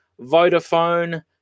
vodafone